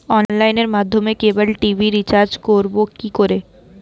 অনলাইনের মাধ্যমে cable TV recharge করব কি করে?